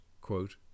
quote